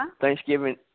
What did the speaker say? Thanksgiving